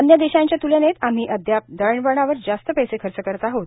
अन्य देशाच्या त्लनेत आम्ही अद्याप दळण वळणावर जास्त पैसे खर्च करत आहोत